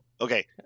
Okay